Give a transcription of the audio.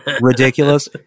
ridiculous